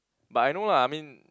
but I know lah I mean